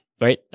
right